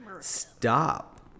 stop